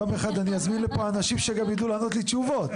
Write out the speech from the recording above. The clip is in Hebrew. יום אחד אני אזמין לפה אנשים שגם ידעו לענות לי תשובות,